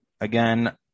again